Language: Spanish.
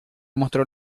mostró